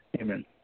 Amen